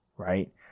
right